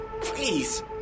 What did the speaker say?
please